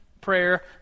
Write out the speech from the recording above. prayer